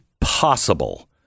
possible